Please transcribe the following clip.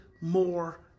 more